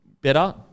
better